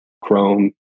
chrome